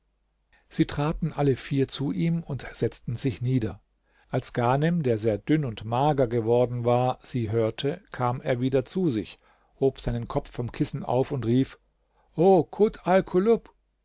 sie traten alle vier zu ihm und setzten sich nieder als ghanem der sehr dünn und mager geworden war sie hörte kam er wieder zu sich hob seinen kopf vom kissen auf und rief